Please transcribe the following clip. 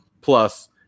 plus